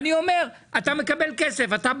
אני אומר, אתה בנק,